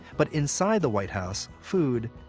but inside the white house, food,